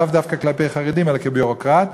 לאו דווקא כלפי חרדים אלא כביורוקרט,